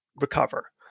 recover